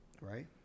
Right